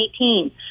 2018